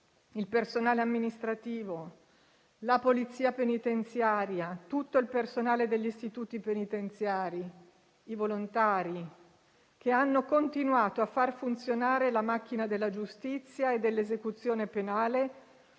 il personale amministrativo, la Polizia penitenziaria, tutto il personale degli istituti penitenziari e i volontari, che hanno continuato a far funzionare la macchina della giustizia e dell'esecuzione penale